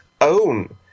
own